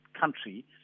country